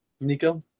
Nico